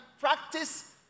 practice